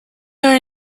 are